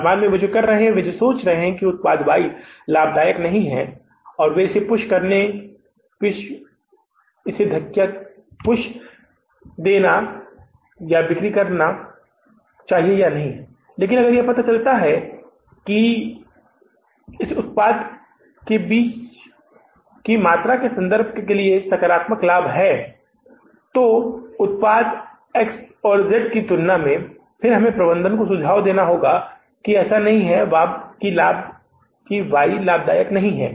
वर्तमान में वे जो कर रहे हैं वे सोच रहे हैं कि उत्पाद Y लाभदायक नहीं है इसलिए इसे धक्का क्यों देना एक बिक्री है लेकिन अगर यह पता चला कि इस उत्पाद के बीच मात्रा संबंध के लिए सकारात्मक लाभ है तो उत्पाद एक्स और जेड की तुलना में फिर हम प्रबंधन को सुझाव दे सकते हैं कि ऐसा नहीं है कि वाई लाभदायक नहीं है